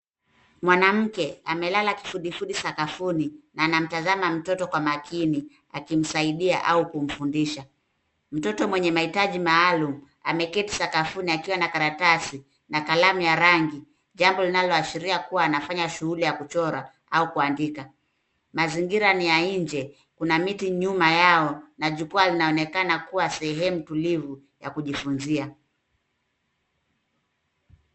Mwanamke amelala kifudifudi sakafuni na anamtazama mtoto kwa makini akimsaidia au kumfundisha. Mtoto mwenye mahitaji maalum, ameketi sakafuni akiwa na karatasi na kalamu ya rangi, jambo linaloashiria kuwa anafanya shughuli ya kuchora au kuandika. Mazingira ni ya nje, kuna miti nyuma yao na jukwaa linaonekana kuwa sehemu tulivu ya kujifunzia.